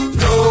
no